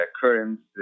currents